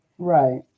Right